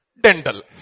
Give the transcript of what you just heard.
dental